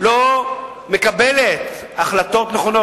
לא מקבלת החלטות נכונות,